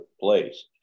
place